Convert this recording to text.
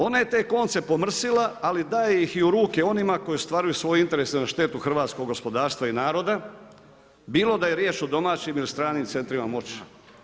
Ona je te konce pomrsila, ali daje ih u ruke onima koji ostvaruju svoje interese na štetu hrvatskog gospodarstva i naroda, bilo da je riječ o domaćim ili stranim centrima moći.